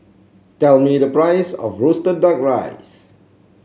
tell me the price of roasted duck rice